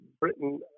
britain